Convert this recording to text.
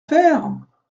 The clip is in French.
faire